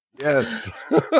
Yes